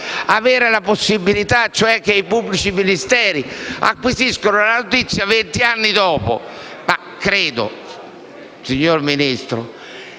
Paese la possibilità che i pubblici ministeri acquisiscano la notizia venti anni dopo. Signor Ministro,